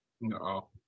No